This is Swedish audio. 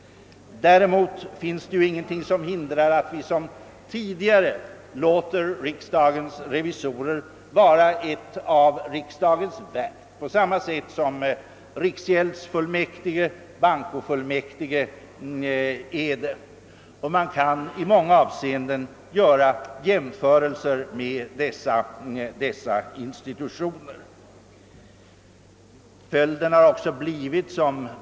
Däremot är det ingenting som hindrar att vi som tidigare låter riksdagens revisorer vara ett riksdagens verk på samma sätt som riksgäldsfullmäktige och bankofullmäktige. Man kan också i många avseenden jämföra dem med båda dessa fullmäktigeförsamlingar.